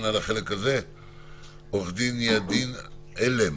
ידין עילם,